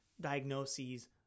diagnoses